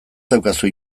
daukazu